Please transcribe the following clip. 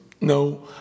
No